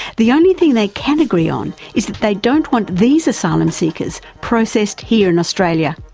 the only thing they can agree on is that they don't want these asylum seekers processed here in australia,